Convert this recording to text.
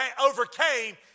overcame